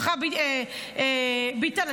ביטן,